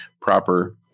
proper